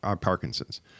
Parkinson's